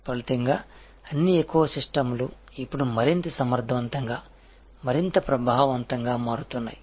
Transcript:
ఫలితంగా అన్ని ఎకోసిస్టమ్లు ఇప్పుడు మరింత సమర్థవంతంగా మరింత ప్రభావవంతంగా మారుతున్నాయి